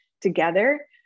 together